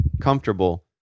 comfortable